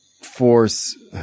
force